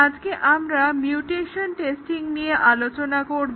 আজকে আমরা mutation testing নিয়ে আলোচনা করবো